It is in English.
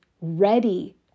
ready